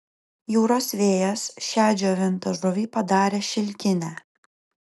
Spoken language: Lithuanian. jūros vėjas šią džiovintą žuvį padarė šilkinę